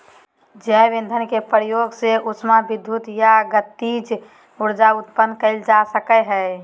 जैव ईंधन के प्रयोग से उष्मा विद्युत या गतिज ऊर्जा उत्पन्न कइल जा सकय हइ